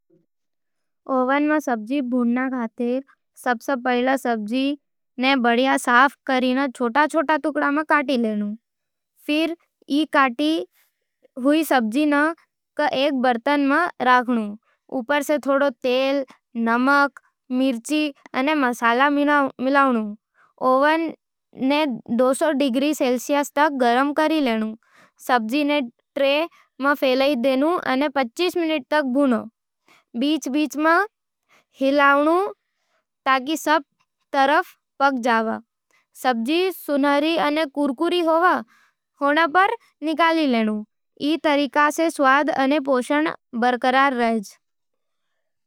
ओवन में सब्जी भूनण खातर, सब पहिला सब्जी ने बढ़िया साफ कर, छोटे छोटे टुकड़ा में काट लेनू। फेर ई काटी हुई सब्जी ने एक बर्तन में राख, ऊपर स थोड़ा तेल, नमक, मिर्च अने मसाला मिलाव। ओवन ने दो सौ डिग्री सेल्सियस तक गरम कड़ी लेनू। सब्जी ने ट्रे में फैला दे अने पच्चीस मिनट तक भुनो। बीच-बीच में हिलावे सै, ताकि सब तरफ पक जावे। सब्जी सुनहरी अने कुरकुरी होण पर निकाल ले। ई तरीका स्वाद अने पोषण बरकरार रायज़।